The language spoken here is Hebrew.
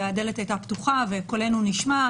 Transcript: הדלת הייתה פתוחה וקולנו נשמע.